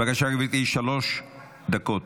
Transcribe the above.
בבקשה, גברתי, שלוש דקות.